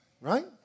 Right